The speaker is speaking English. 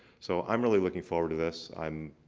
so i'm really looking forward to this. i'm,